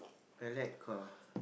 I like car